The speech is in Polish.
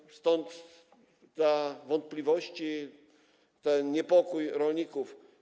I stąd te wątpliwości, ten niepokój rolników.